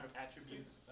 attributes